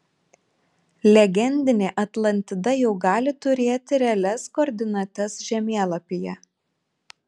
legendinė atlantida jau gali turėti realias koordinates žemėlapyje